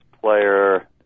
player